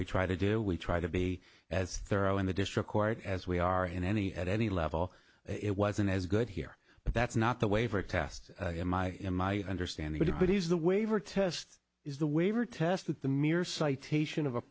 we try to do we try to be as thorough in the district court as we are in any at any level it wasn't as good here but that's not the way for a test in my in my understand but if it is the waiver test is the waiver test that the mere citation of